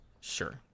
Sure